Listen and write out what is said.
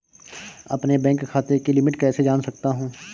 अपने बैंक खाते की लिमिट कैसे जान सकता हूं?